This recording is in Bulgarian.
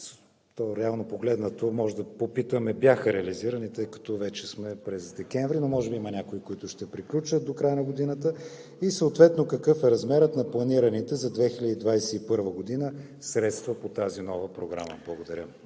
Реално погледнато може да попитаме: бяха реализирани, тъй като вече сме декември, но може би има някои, които ще приключат до края на годината, съответно какъв е размерът на планираните за 2021 г. средства по тази нова програма? Благодаря.